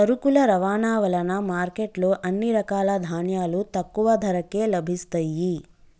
సరుకుల రవాణా వలన మార్కెట్ లో అన్ని రకాల ధాన్యాలు తక్కువ ధరకే లభిస్తయ్యి